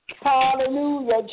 Hallelujah